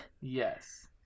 Yes